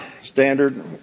standard